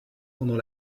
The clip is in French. pendant